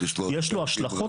יש לו השלכות